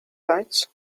heights